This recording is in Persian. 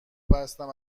بستم